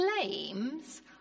claims